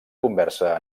conversa